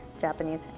Japanese